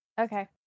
Okay